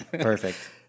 perfect